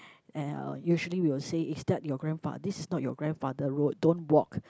and uh usually we will say is that your grandfa~ this is not your grandfather road don't walk